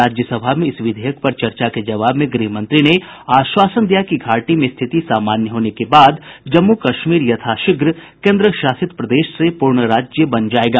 राज्यसभा में इस विधेयक पर चर्चा के जबाव में गृह मंत्री ने आश्वासन दिया कि घाटी में स्थिति सामान्य होने के बाद जम्मू कश्मीर यथाशीघ्र केंद्र शासित प्रदेश से पूर्ण राज्य बन जाएगा